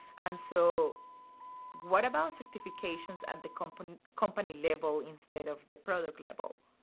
and so what about certifications at the company company level instead of the product level?